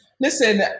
Listen